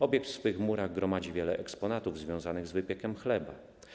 Obiekt w swych murach gromadzi wiele eksponatów związanych w wypiekiem chleba.